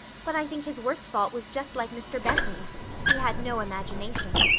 but i think his worst fault was just like mr. bentley's he had no imagination.